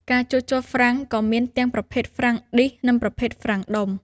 ការជួសជុលហ្វ្រាំងក៏មានទាំងប្រភេទហ្វ្រាំងឌីសនិងប្រភេទហ្វ្រាំងដុំ។